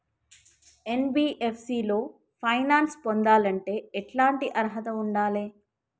NBFC లో finance పొందాలంటే ఎట్లాంటి అర్హత ఉండాలే?